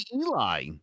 Eli